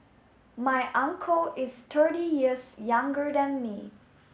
my uncle is thirty years younger than me